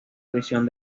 prisión